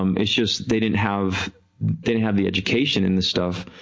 um it's just they didn't have didn't have the education in this stuff,